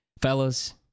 fellas